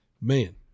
Man